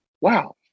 wow